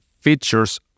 features